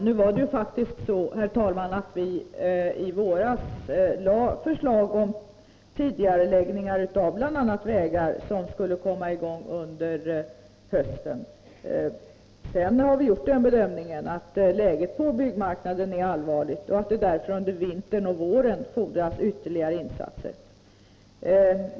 Herr talman! I våras lade vi faktiskt förslag om tidigareläggning av bl.a. vägbyggen som skulle komma i gång under hösten. Sedan har vi gjort den bedömningen att läget på byggmarknaden är allvarligt och att det därför under vintern och våren fordras ytterligare insatser.